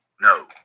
No